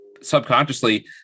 subconsciously